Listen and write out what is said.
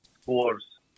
scores